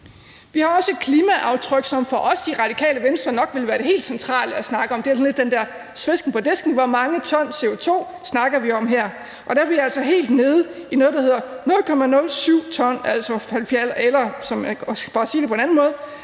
Vi har også et klimaaftryk, som for os i Radikale Venstre nok ville være det helt centrale at snakke om. Det er lidt den der med svesken på disken: Hvor mange ton CO2 snakker vi om her? Og der er vi altså helt nede på noget, der hedder 70.000 kg CO2 i 2020. Det forventes i øvrigt også at falde,